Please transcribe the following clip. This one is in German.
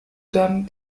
dann